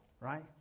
right